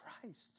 Christ